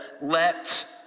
Let